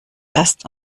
erst